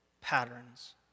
patterns